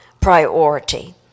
priority